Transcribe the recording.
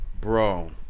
Bro